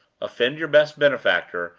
offend your best benefactor,